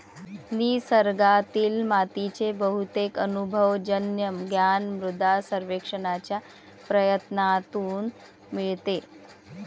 निसर्गातील मातीचे बहुतेक अनुभवजन्य ज्ञान मृदा सर्वेक्षणाच्या प्रयत्नांतून मिळते